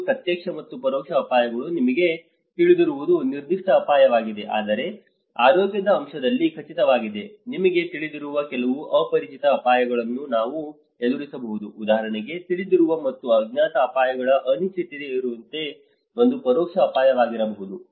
ಒಂದು ಪ್ರತ್ಯಕ್ಷ ಮತ್ತು ಪರೋಕ್ಷ ಅಪಾಯಗಳು ನಮಗೆ ತಿಳಿದಿರುವುದು ನಿರ್ದಿಷ್ಟ ಅಪಾಯವಾಗಿದೆ ಆದರೆ ಆರೋಗ್ಯದ ಅಂಶದಲ್ಲಿ ಖಚಿತವಾಗಿದೆ ನಿಮಗೆ ತಿಳಿದಿರುವ ಕೆಲವು ಅಪರಿಚಿತ ಅಪಾಯಗಳನ್ನು ನಾವು ಎದುರಿಸಬಹುದು ಉದಾಹರಣೆಗೆ ತಿಳಿದಿರುವ ಮತ್ತು ಅಜ್ಞಾತ ಅಪಾಯಗಳ ಅನಿಶ್ಚಿತತೆಯಿರುವಂತೆ ಇದು ಪರೋಕ್ಷ ಅಪಾಯವಾಗಿರಬಹುದು